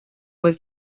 was